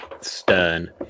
stern